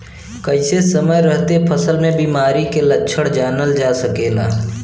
कइसे समय रहते फसल में बिमारी के लक्षण जानल जा सकेला?